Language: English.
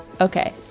Okay